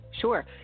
Sure